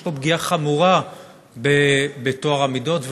יש פה פגיעה חמורה בטוהר המידות.